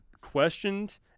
questioned